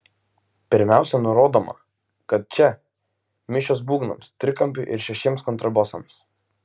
pirmiausia nurodoma kad čia mišios būgnams trikampiui ir šešiems kontrabosams